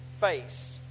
face